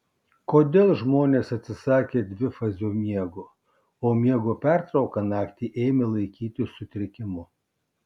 kodėl žmonės atsisakė dvifazio miego o miego pertrauką naktį ėmė laikyti sutrikimu